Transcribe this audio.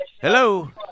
Hello